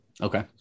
Okay